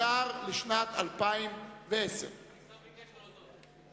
אושר לשנת 2009. אותו אישור דרוש גם ל-2010.